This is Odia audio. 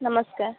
ନମସ୍କାର